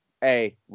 hey